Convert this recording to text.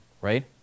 Right